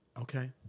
Okay